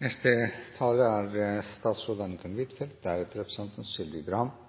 Ungdom utgjør en stor ressurs, og det er